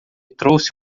trouxe